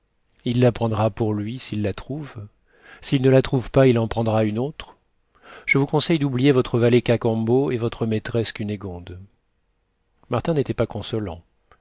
il la prendra pour lui s'il la trouve s'il ne la trouve pas il en prendra une autre je vous conseille d'oublier votre valet cacambo et votre maîtresse cunégonde martin n'était pas consolant